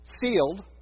sealed